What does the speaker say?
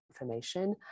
information